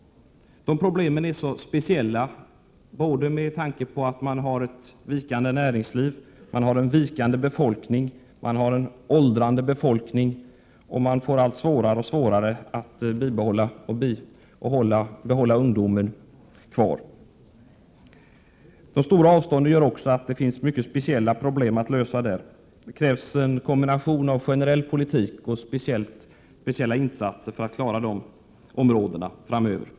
Problemen där är mycket speciella. Man har ett vikande näringsliv, en minskande och allt äldre befolkning och man får allt svårare att behålla ungdomarna i regionen. De stora avstånden medför också mycket speciella problem. Det krävs en kombination av generell politik och speciella insatser för att framöver klara dessa områden.